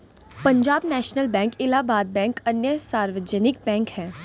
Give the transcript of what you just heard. Punjab national bank Allahabad bank अन्य सार्वजनिक bank है